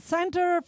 Center